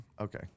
Okay